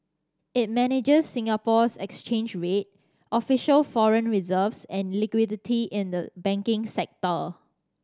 it manages Singapore's exchange rate official foreign reserves and liquidity in the banking sector